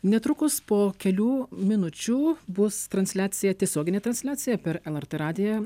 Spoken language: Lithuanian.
netrukus po kelių minučių bus transliacija tiesioginė transliacija per lrt radiją